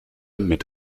mit